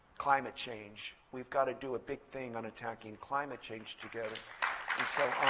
climate change. we've got to do a big thing on attacking climate change together. and so